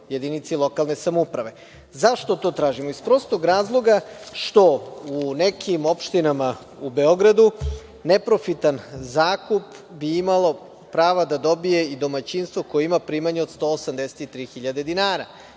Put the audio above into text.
jedinici lokalne samouprave.Zašto to tražimo? Iz prostog razloga što u nekim opštinama u Beogradu neprofitan zakup bi imalo prava da dobije i domaćinstvo koje ima primanja od 183.000 dinara.